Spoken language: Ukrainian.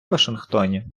вашингтоні